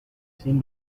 seen